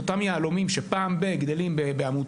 את אותם יהלומים ש'פעם ב' גדלים בעמותה,